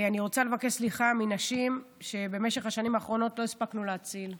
אני רוצה לבקש סליחה מנשים שבמשך השנים האחרונות לא הספקנו להציל,